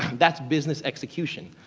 that's business execution.